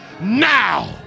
now